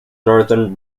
northern